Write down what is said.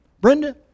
Brenda